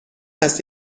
است